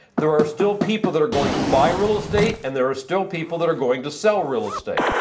there are still people that are going to buy real estate and there are still people that are going to sell real estate.